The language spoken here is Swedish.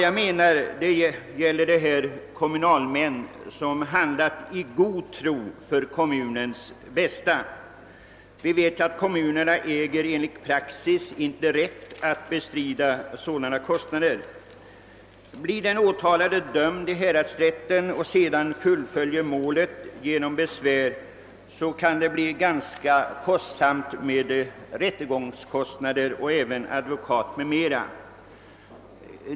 Jag syftar härvid på kommunalmän som handlat i god tro för kommunens bästa. Som bekant äger kommunerna enligt praxis inte rätt att bestrida sådana kostnader. Om den åtalade blir dömd av häradsrätten och sedan fullföljer målet genom besvär, kan det bli ganska betungande för vederbörande med rättegångskostnader, advokatarvoden m.m.